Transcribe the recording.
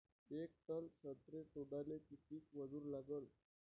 येक टन संत्रे तोडाले किती मजूर लागन?